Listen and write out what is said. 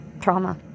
trauma